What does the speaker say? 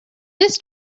this